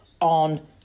on